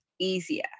Easier